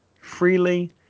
freely